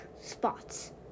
spots